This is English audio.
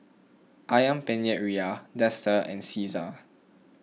Ayam Penyet Ria Dester and Cesar